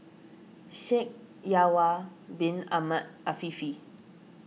Shaikh Yahya Bin Ahmed Afifi